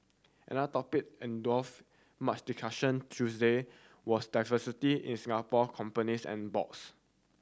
another topic much discussion Tuesday was diversity in Singapore companies and boards